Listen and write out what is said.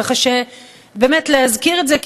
ככה שבאמת להזכיר את זה,